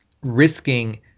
risking